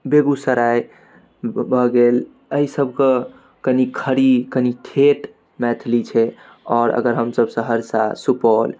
बेगूसराय भऽ गेल एहि सब कऽ कनी खड़ी कनी ठेठ मैथिली छै आओर अगर हमसब सहरसा सुपौल